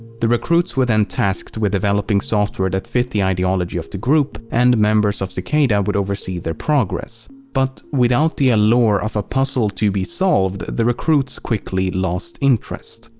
the recruits were then tasked with developing software that fit the ideology of the group and members of cicada would oversee their progress. but without the allure of a puzzle to be solved, the recruits quickly lost interest.